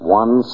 one